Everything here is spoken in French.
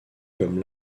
comme